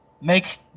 make